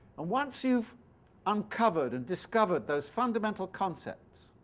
and once you've uncovered and discovered those fundamental concepts,